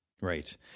Right